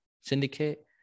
Syndicate